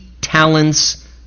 talents